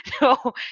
no